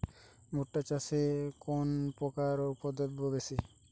ভুট্টা চাষে কোন পোকার উপদ্রব বেশি?